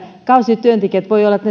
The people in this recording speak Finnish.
kausityöntekijät